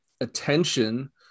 attention